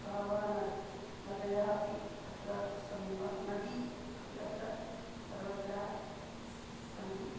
बहवः नद् नदयः अपि अत्र समीपं नदी अपि अत्र सर्वत्र सन्ति